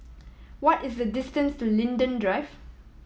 what is the distance to Linden Drive